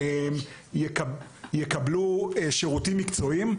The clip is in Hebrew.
יקבלו שירותים מקצועיים?